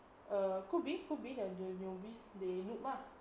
err could be could be means the they novice they noob lah